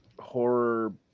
horror